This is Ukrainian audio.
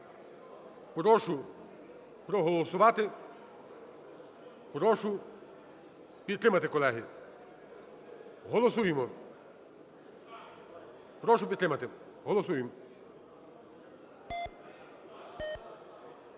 Прошу проголосувати, прошу підтримати, колеги. Голосуємо, прошу підтримати, голосуємо.